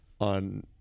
on